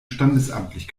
standesamtlich